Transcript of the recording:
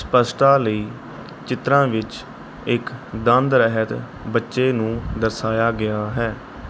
ਸਪੱਸ਼ਟਤਾ ਲਈ ਚਿੱਤਰਾਂ ਵਿੱਚ ਇੱਕ ਦੰਦ ਰਹਿਤ ਬੱਚੇ ਨੂੰ ਦਰਸਾਇਆ ਗਿਆ ਹੈ